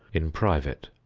in private.